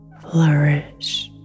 flourish